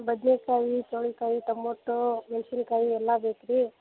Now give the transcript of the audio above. ಬದನೇಕಾಯಿ ಚೋಳಿ ಕಾಯಿ ಟೊಮೊಟೊ ಮೆಣಸಿನ್ಕಾಯಿ ಎಲ್ಲ ಬೇಕು ರೀ